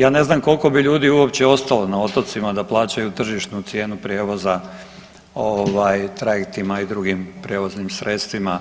Ja ne znam koliko bi ljudi uopće ostalo na otocima da plaćaju tržišnu cijenu prijevoza ovaj trajektima i drugim prijevoznim sredstvima,